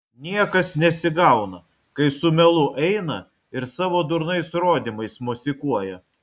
niekas nesigauna kai su melu eina ir savo durnais rodymais mosikuoja